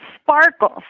sparkles